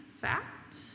fact